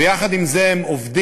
ויחד עם זה הם עובדים,